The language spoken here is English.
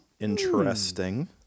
Interesting